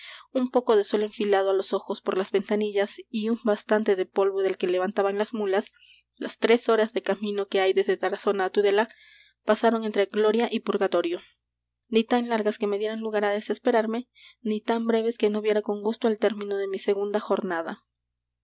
un poco de sol enfilado á los ojos por las ventanillas y un bastante de polvo del que levantaban las mulas las tres horas de camino que hay desde tarazona á tudela pasaron entre gloria y purgatorio ni tan largas que me dieran lugar á desesperarme ni tan breves que no viera con gusto el término de mi segunda jornada